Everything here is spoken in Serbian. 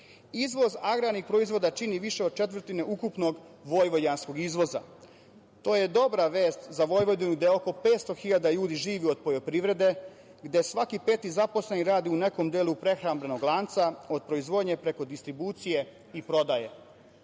agrarnih proizvoda čini više od četvrtinu ukupnog vojvođanskog izvoza. To je dobra vest za Vojvodinu, gde oko 500.000 ljudi živi od poljoprivrede, gde svaki peti zaposleni radi u nekom delu prehrambenog lanca od proizvodnje preko distribucije i prodaje. Ono